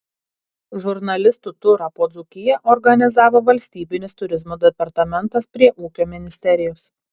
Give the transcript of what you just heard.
žurnalistų turą po dzūkiją organizavo valstybinis turizmo departamentas prie ūkio ministerijos